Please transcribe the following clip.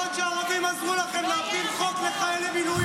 העדפת רכישת קרקע בפריפריה לחיילי מילואים),